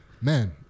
Man